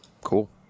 Cool